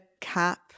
cap